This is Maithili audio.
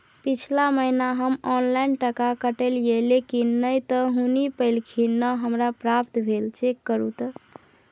पिछला महीना हम ऑनलाइन टका कटैलिये लेकिन नय त हुनी पैलखिन न हमरा प्राप्त भेल, चेक करू त?